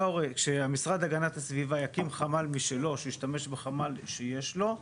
כשהמשרד להגנת הסביבה יקים חמ"ל משלו שהוא ישתמש בחמ"ל שיש לו,